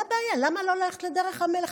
מה הבעיה, למה לא ללכת בדרך המלך?